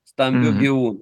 stambių gyvūnų